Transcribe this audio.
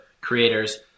creators